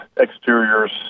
exteriors